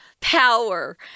power